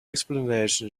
explanation